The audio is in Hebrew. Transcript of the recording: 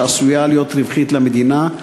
שעשויה להיות רווחית למדינה,